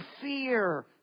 fear